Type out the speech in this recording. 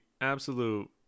absolute